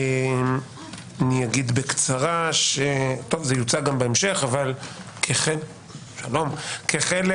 אני אגיד בקצרה, וזה יוצג גם בהמשך, שזה כחלק